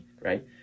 right